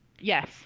Yes